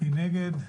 מי נגד?